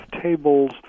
tables